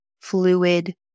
fluid